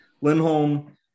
Lindholm